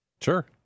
Sure